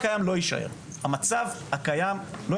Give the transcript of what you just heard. המצב הקיים לא יישאר.